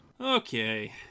okay